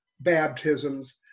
baptisms